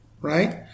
right